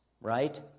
right